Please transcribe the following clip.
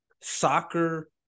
soccer